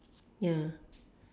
ya